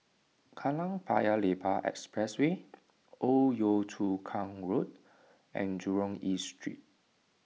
Kallang Paya Lebar Expressway Old Yio Chu Kang Road and Jurong East Street